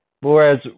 Whereas